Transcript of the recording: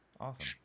Awesome